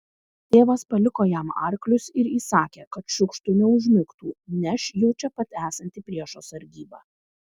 tėvas paliko jam arklius ir įsakė kad šiukštu neužmigtų neš jau čia pat esanti priešo sargyba